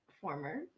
former